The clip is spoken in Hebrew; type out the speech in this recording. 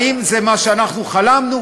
עכשיו, האם החוק הזה טוב יותר ממה שהיה קיים?